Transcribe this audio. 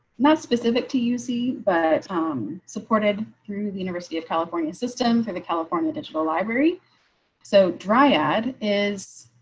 not specific to you see, but ah i'm supported through the university of california system for the california digital library so dryad is